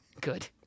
Good